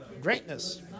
greatness